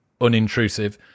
unintrusive